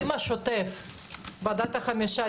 ועדת החמישה,